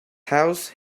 house